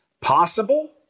Possible